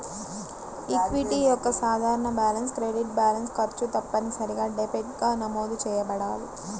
equity యొక్క సాధారణ balance credit balance, ఖర్చు తప్పనిసరిగా డెబిట్గా నమోదు చేయబడాలి